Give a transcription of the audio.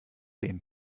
den